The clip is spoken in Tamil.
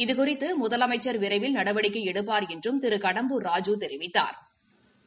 இது குறித்து முதலமைச்ச் விரைவில் நடவடிக்கை எடுப்பாா் என்றும் திரு கடம்பூர் ராஜ தெரிவித்தாா்